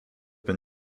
been